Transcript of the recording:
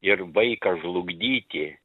ir vaiką žlugdyti